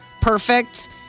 perfect